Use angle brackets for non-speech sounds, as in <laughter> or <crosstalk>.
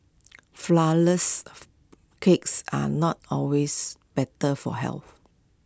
flourless <noise> cakes are not always better for health